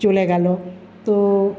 চলে গেল তো